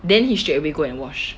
then he straight away go and wash